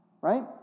right